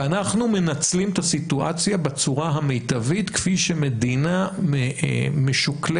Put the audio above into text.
ואנחנו מנצלים את הסיטואציה בצורה המיטבית כפי שמדינה משוכללת,